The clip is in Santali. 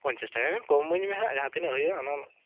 ᱯᱚᱸᱱᱪᱟᱥ ᱴᱟᱠᱟ ᱜᱟᱱ ᱠᱚᱢ ᱮᱢᱟᱹᱧ ᱢᱮᱦᱟᱜ ᱡᱟᱦᱟᱸ ᱛᱤᱱᱟᱹᱜ ᱦᱩᱭᱩᱜᱼᱟ ᱚᱱᱟ ᱨᱮᱱᱟᱜ